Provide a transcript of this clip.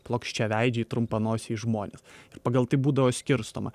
plokščiaveidžiai trumpanosiai žmonės ir pagal tai būdavo skirstoma